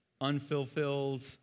unfulfilled